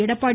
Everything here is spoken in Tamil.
எடப்பாடி